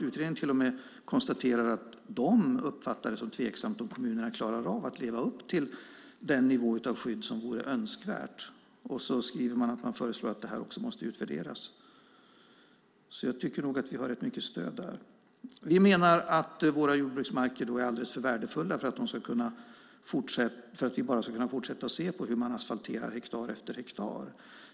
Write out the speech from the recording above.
Man till och med konstaterar i utredningen att man uppfattar det som tveksamt om kommunerna klarar av att leva upp till den nivå av skydd som vore önskvärd. Man föreslår att det sker en utvärdering. Jag tycker att vi har stöd där. Vi menar att våra jordbruksmarker är alldeles för värdefulla för att vi bara ska fortsätta att se på hur man asfalterar hektar efter hektar.